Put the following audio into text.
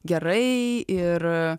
gerai ir